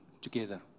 together